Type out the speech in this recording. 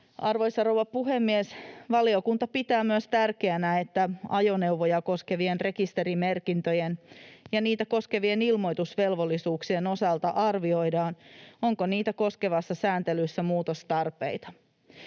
Arvoisa rouva puhemies! Valiokunta pitää myös tärkeänä, että ajoneuvoja koskevien rekisterimerkintöjen ja niitä koskevien ilmoitusvelvollisuuksien osalta arvioidaan, onko niitä koskevassa sääntelyssä muutostarpeita.